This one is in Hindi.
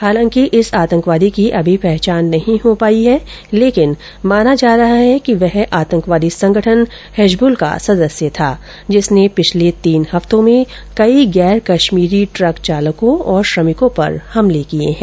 हालांकि इस आतंकवादी की अभी पहचान नहीं हो पायी है लेकिन माना जा रहा है कि वह आतंकवादी संगठन हिजबुल का सदस्य था जिसने पिछले तीन हफ्तों में कई गैर कश्मीरी ट्रक चालकों और श्रमिकों पर हमले किये हैं